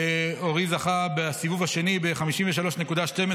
אורי זכה בסיבוב השני ב-53.12%